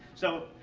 so,